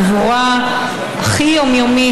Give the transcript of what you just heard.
גבורה הכי יומיומית,